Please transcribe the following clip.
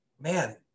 man